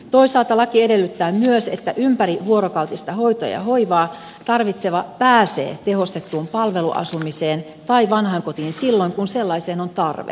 toisaalta laki edellyttää myös että ympärivuorokautista hoitoa ja hoivaa tarvitseva pääsee tehostettuun palveluasumiseen tai vanhain kotiin silloin kun sellaiseen on tarve